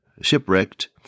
shipwrecked